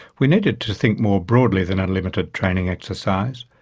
we needed to think more broadly than a limited training exercise.